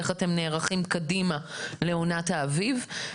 איך אתם נערכים קדימה לעונת האביב.